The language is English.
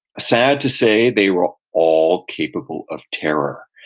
sad to say, they were all all capable of terror.